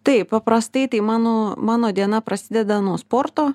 taip paprastai mano mano diena prasideda nuo sporto